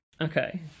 okay